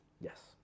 Yes